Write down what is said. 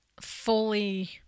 fully